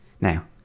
Now